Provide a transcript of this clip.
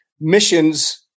missions